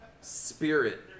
spirit